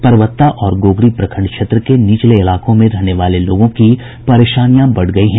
परबत्ता और गोगरी प्रखंड क्षेत्र के निचले इलाकों में रहने वालों लोगों की परेशानियां बढ़ गयी हैं